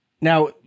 Now